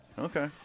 Okay